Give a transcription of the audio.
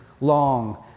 long